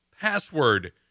Password